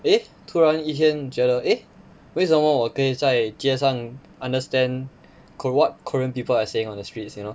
诶突然一天觉得诶为什么我可以在街上 understand ko~ what korean people are saying on the streets you know